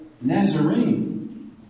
Nazarene